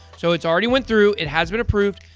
so it's already went through. it has been approved.